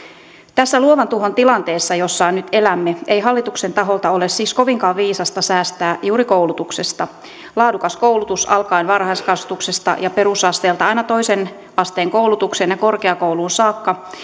tässä luovan tuhon tilanteessa jossa nyt elämme ei hallituksen taholta ole siis kovinkaan viisasta säästää juuri koulutuksesta laadukas koulutus alkaen varhaiskasvatuksesta ja perusasteelta aina toisen asteen koulutukseen ja korkeakouluun saakka